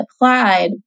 applied